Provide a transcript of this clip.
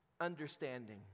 understanding